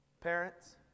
Parents